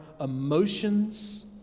emotions